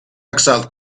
exiled